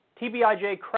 TBIJ